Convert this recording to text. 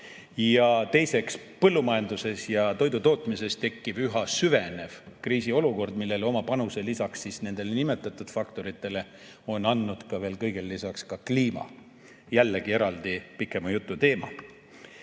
Ja teiseks, põllumajanduses ja toidutootmises tekkiv üha süvenev kriisiolukord, kuhu oma panuse lisaks nendele nimetatud faktoritele on andnud kõigele lisaks ka kliima. Jällegi eraldi pikema jutu teema.